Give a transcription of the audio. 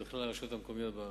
ובכלל הרשויות המקומיות בארץ.